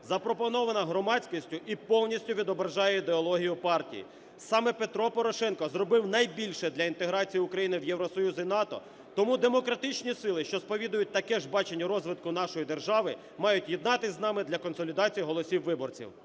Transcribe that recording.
запропонована громадськістю і повністю відображає ідеологію партії. Саме Петро Порошенко зробив найбільше для інтеграції України в Євросоюз і НАТО, тому демократичні сили, що сповідують таке ж бачення розвитку нашої держави, мають єднатися з нами для консолідації голосів виборців.